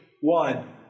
one